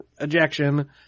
ejection